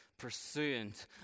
pursuant